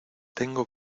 tengo